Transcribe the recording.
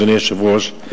אדוני היושב-ראש,